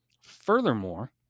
Furthermore